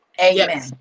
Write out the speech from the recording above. Amen